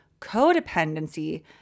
Codependency